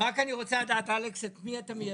רק אני רוצה לדעת, אלכס, את מי אתה מייצג?